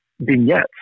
vignettes